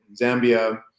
zambia